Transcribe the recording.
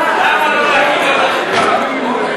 למה לא להקים ועדת חוקה?